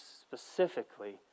specifically